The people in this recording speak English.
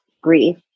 grief